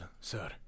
sir